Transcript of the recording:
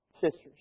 sisters